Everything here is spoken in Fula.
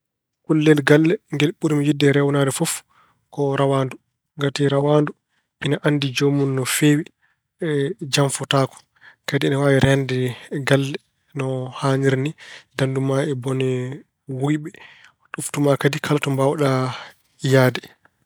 Kullel galle ngel ɓurmi yiɗde rewnaade fof ko rawaandu. Ngati rawaandu ina addi joomum no feewi, janfotaako. Kadi ina waawi reende galle no haaniri ni, danndu ma e bone wuyɓe, ɗoftu ma kadi, kala to mbaawɗa yahde.